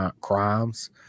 crimes